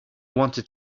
wanted